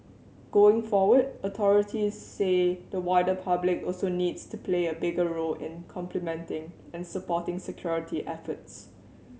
going forward authorities say the wider public also needs to play a bigger role in complementing and supporting security efforts